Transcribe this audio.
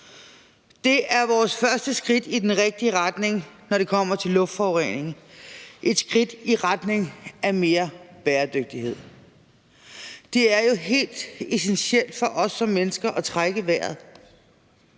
Det er vores første skridt i den rigtige retning, når det kommer til luftforurening, et skridt i retning af mere bæredygtighed. Det er jo helt essentielt for os som mennesker at trække vejret,